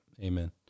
Amen